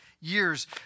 years